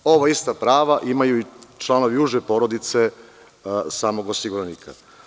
Ova ista prava imaju i članovi uže porodice samog osiguranika.